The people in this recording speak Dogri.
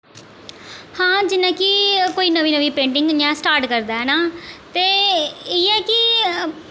हां जियां कि कोई नमीं नमीं पेंटिग जियां स्टार्ट करदा ऐ ना ते एह् ऐ कि